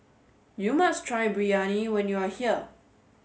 you must try Biryani when you are here